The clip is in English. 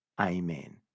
Amen